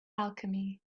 alchemy